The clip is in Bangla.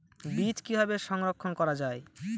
বীজ কিভাবে সংরক্ষণ করা যায়?